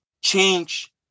change